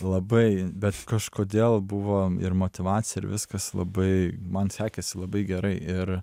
labai bet kažkodėl buvo ir motyvacija ir viskas labai man sekėsi labai gerai ir